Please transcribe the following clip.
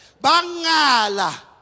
Bangala